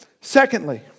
Secondly